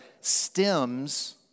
stems